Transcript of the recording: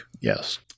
Yes